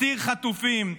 הסתיר חטופים,